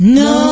no